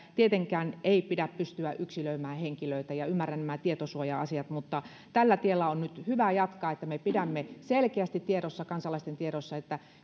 tietenkään ei pidä pystyä yksilöimään henkilöitä ja ymmärrän nämä tietosuoja asiat mutta tällä tiellä on nyt hyvä jatkaa että me pidämme selkeästi kansalaisten tiedossa sen